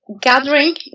gathering